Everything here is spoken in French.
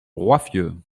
roiffieux